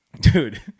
dude